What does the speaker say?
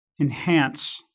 enhance